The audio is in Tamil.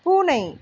பூனை